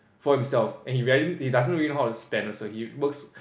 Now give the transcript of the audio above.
for himself and he he doesn't really know how to spend also he works